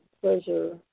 pleasure